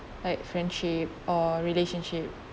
like friendship or relationship